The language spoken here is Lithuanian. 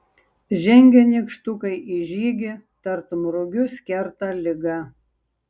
žengia nykštukai į žygį tartum rugius kerta ligą